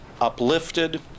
uplifted